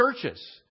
churches